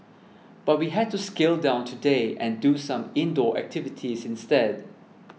but we had to scale down today and do some indoor activities instead